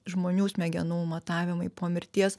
žmonių smegenų matavimai po mirties